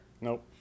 Nope